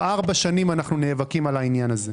ארבע שנים אנחנו נאבקים על העניין הזה.